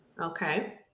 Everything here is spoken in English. Okay